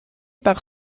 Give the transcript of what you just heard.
par